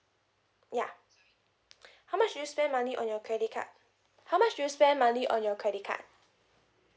ya how much do you spend money on your credit card how much do you spend money on your credit card